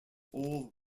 all